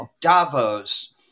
Davos